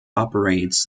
operates